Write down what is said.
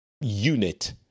unit